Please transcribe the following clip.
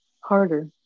harder